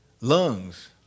Lungs